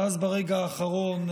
ואז, ברגע האחרון,